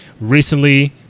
recently